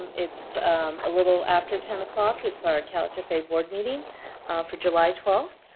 it's a little after ten o'clock. it's our calhfa board meeting for july twelve.